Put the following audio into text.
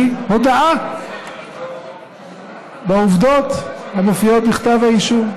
היא הודאה בעובדות המופיעות בכתב האישום.